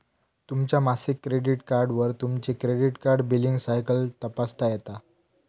तुमच्या मासिक क्रेडिट कार्डवर तुमची क्रेडिट कार्ड बिलींग सायकल तपासता येता